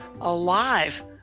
alive